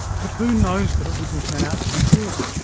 but who knows that it wouldn't turn out to be good?